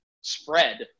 spread